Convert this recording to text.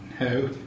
No